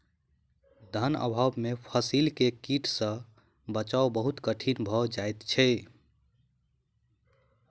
धन अभाव में फसील के कीट सॅ बचाव बहुत कठिन भअ जाइत अछि